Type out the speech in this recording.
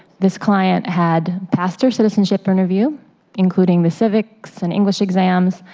this client had passed her citizenship interview including the civics and english exam,